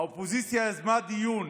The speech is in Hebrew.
האופוזיציה יזמה דיון